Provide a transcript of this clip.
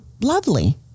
lovely